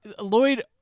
Lloyd